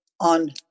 on